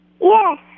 Yes